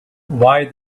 why